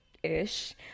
ish